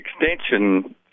Extension